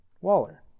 Waller